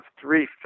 three